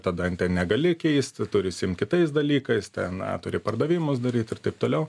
tada negali keisti turi užsiimt kitais dalykais ten turi pardavimus daryt ir taip toliau